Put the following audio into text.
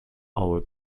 our